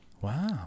Wow